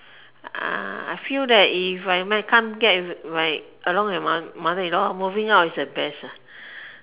ah I feel that if I my can't get along with my mother in law moving out is the best ah